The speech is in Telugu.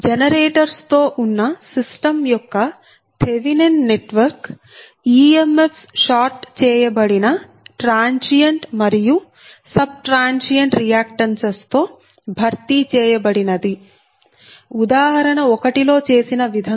జనరేటర్స్ తో ఉన్న సిస్టం యొక్క థెవినెన్ నెట్వర్క్ ఈఎంఎఫ్స్ షార్ట్ చేయబడిన ట్రాన్సియెంట్ మరియు సబ్ ట్రాన్సియెంట్ రియాక్టన్సెస్ తో భర్తీ చేయబడినది ఉదాహరణ 1 లో చేసిన విధంగా